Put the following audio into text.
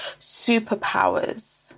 superpowers